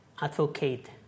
advocate